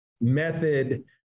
method